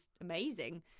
amazing